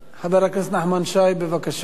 חבר הכנסת נחמן שי, בבקשה.